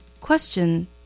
Question